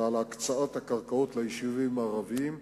על הקצאת קרקעות ליישובים הערביים,